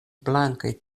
blankaj